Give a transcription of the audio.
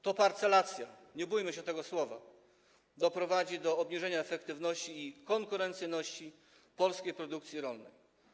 Ta parcelacja - nie bójmy się tego słowa - doprowadzi do zmniejszenia efektywności i konkurencyjności polskiej produkcji rolnej.